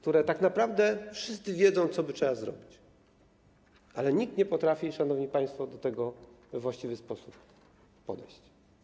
Tak naprawdę wszyscy wiedzą, co trzeba zrobić, ale nikt nie potrafi, szanowni państwo, do tego we właściwy sposób podejść.